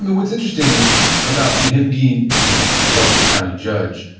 what's interesting about him being you know elected county judge,